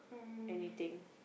anything